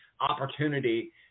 opportunity